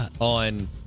on